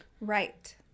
Right